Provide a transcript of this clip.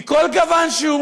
מכל גוון שהוא,